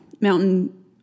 mountain